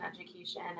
education